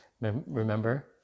Remember